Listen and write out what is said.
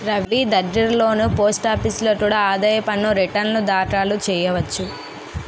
రవీ దగ్గర్లోని పోస్టాఫీసులో కూడా ఆదాయ పన్ను రేటర్న్లు దాఖలు చెయ్యొచ్చు